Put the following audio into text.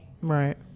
Right